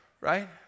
right